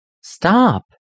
Stop